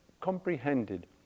comprehended